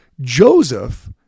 Joseph